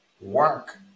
work